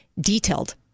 Detailed